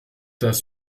das